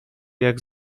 jak